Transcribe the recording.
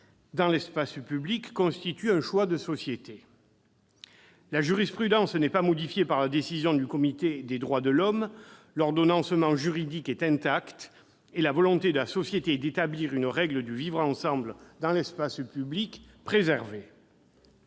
dans l'espace public constitue un choix de société. » La jurisprudence n'est pas modifiée par la décision du Comité des droits de l'homme, l'ordonnancement juridique est intact, et la volonté de la société d'établir une règle du vivre ensemble dans l'espace public préservée.